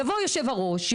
יבוא יושב הראש,